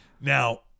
Now